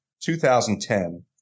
2010